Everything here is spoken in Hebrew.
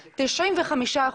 95%,